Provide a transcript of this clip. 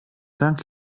dank